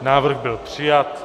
Návrh byl přijat.